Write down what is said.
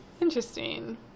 Interesting